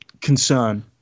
concern